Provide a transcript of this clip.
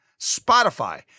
Spotify